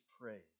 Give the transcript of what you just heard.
praise